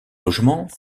logements